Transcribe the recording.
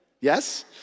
yes